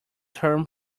term